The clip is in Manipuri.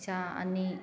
ꯏꯆꯥ ꯑꯅꯤ